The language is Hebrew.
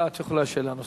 את יכולה שאלה נוספת.